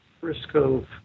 Briscoe